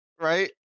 Right